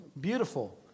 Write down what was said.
beautiful